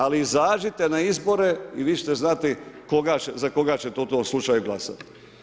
Ali izađite na izbore i vi ćete znati za koga ćete u tom slučaju glasati.